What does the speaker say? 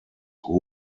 who